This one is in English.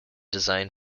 design